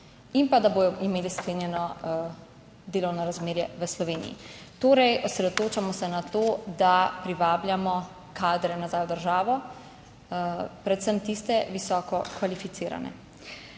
in pa, da bodo imeli sklenjeno delovno razmerje v Sloveniji. Torej, osredotočamo se na to, da privabljamo kadre nazaj v državo, predvsem tiste visoko kvalificirane.